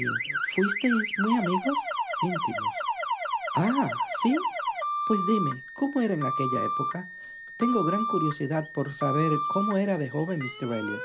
fuisteis muy amigos intimos ah sí pues dime cómo era en aquella época tengo gran curiosidad por saber cómo era de joven